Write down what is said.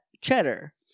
Cheddar